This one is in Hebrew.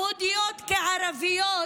יהודיות כערביות,